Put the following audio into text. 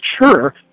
mature